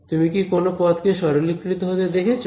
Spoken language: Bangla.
তুমি কি কোন পদকে সরলীকৃত হতে দেখছো